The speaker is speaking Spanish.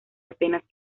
apenas